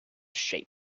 shape